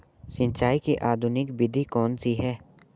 सिंचाई की आधुनिक विधि कौनसी हैं?